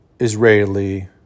Israeli